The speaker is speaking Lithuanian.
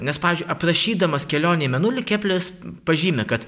nes pavyzdžiui aprašydamas kelionę į mėnulį kepleris pažymi kad